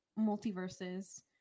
multiverses